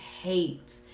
hate